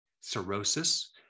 cirrhosis